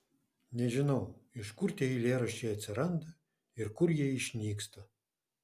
nežinau iš kur tie eilėraščiai atsiranda ir kur jie išnyksta